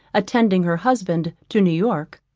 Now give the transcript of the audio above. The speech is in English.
attending her husband to new-york.